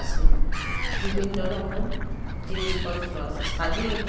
আসে বিভিন্ন রকম জিনিসপত্র আসে সাজের